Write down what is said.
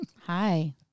Hi